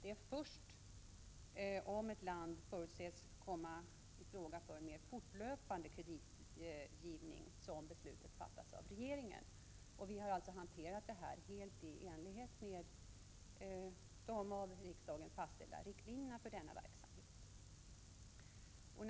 Det är först om ett land förutses komma i fråga för mer fortlöpande kreditgivning som beslut fattas av regeringen. Vi har alltså hanterat detta helt i enlighet med de av riksdagen fastlagda riktlinjerna för denna verksamhet.